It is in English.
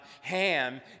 Ham